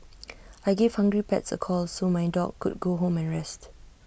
I gave hungry pets A call so my dog could go home my rest